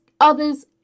others